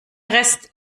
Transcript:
rest